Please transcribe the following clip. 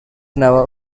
never